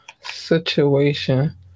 situation